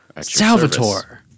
Salvatore